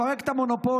לפרק את המונופול.